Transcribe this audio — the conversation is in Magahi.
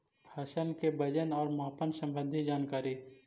फसल के वजन और मापन संबंधी जनकारी?